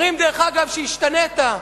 אומרים, דרך אגב, שהשתנית.